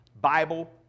Bible